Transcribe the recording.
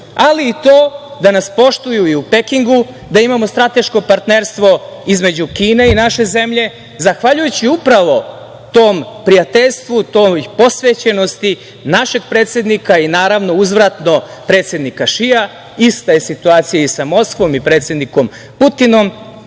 ali i to da nas poštuju i u Pekingu, da imamo strateško partnerstvo između Kine i naše zemlje, zahvaljujući upravo tom prijateljstvu, toj posvećenosti našeg predsednika i naravno uzvratno predsednika Šija. Ista je situacija i sa Moskvom i predsednikom Putinom. Ista